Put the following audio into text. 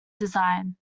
design